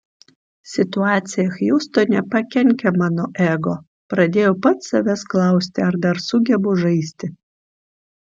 situacija hjustone pakenkė mano ego pradėjau pats savęs klausti ar dar sugebu žaisti